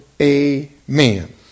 Amen